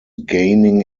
gaining